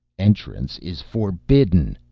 entrance is forbidden